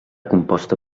composta